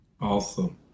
Awesome